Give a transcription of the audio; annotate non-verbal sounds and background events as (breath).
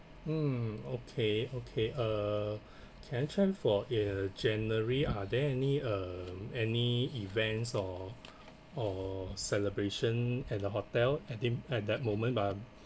mm okay okay uh (breath) can I check for uh january are there any uh any events or (breath) or celebration at the hotel and thi~ at that moment but